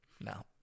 No